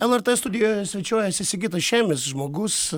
lrt studijoje svečiuojasi sigitas šemis žmogus